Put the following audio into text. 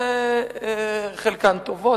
חלקן טובות,